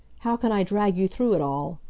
how can i drag you through it all?